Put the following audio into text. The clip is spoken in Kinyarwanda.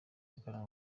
agana